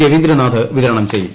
രവീന്ദ്രനാഥ് വിതരണം ചെയ്യും